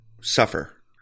suffer